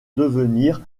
devenir